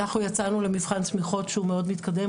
אנחנו יצאנו למבחן תמיכות שהוא מאוד מתקדם,